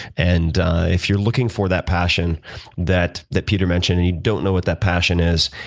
and if you're looking for that passion that that peter mentioned, and you don't know what that passion is,